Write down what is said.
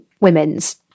women's